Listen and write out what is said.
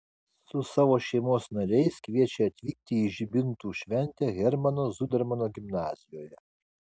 su savo šeimos nariais kviečia atvykti į žibintų šventę hermano zudermano gimnazijoje